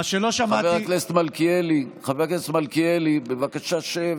חבר הכנסת מלכיאלי, חבר הכנסת מלכיאלי, בבקשה, שב,